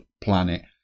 planet